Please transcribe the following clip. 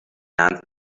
hand